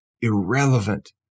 irrelevant